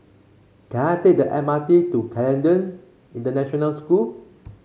can I take the M R T to Canadian International School